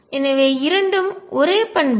எனவே இரண்டும் ஒரே பண்புகள்